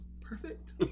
perfect